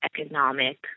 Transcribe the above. economic